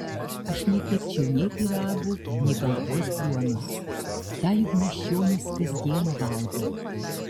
aš nekepčiau nei pyragų nei baltos duonos tą juk miesčionys kas dieną valgo